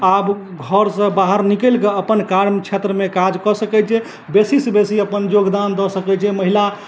आब घरसँ बाहर निकलि कऽ अपन काज क्षेत्रमे काज कऽ सकैत छै बेसीसँ बेसी अपन योगदान दऽ सकैत छै महिला